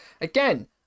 Again